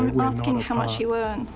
i'm asking how much you earn.